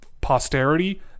posterity